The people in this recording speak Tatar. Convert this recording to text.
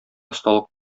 осталык